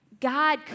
God